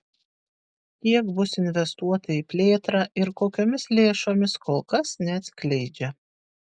kiek bus investuota į plėtrą ir kokiomis lėšomis kol kas neatskleidžia